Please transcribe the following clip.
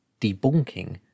debunking